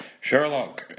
Sherlock